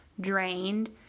drained